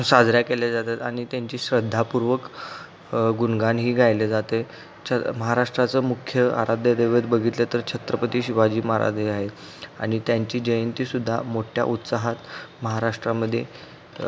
साजऱ्या केल्या जातात आणि त्यांची श्रद्धापूर्वक गुणगानही गायले जाते छ महाराष्ट्राचं मुख्य आराध्य दैवत बघितलं तर छत्रपती शिवाजी महाराज हे आहे आणि त्यांची जयंतीसुद्धा मोठ्या उत्साहात महाराष्ट्रामध्ये